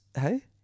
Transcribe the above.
Hey